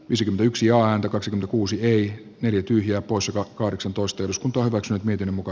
ys yksiaatokaksi kuusi neljä neljä tyhjää poissa kahdeksantoista jos päätökset miten muka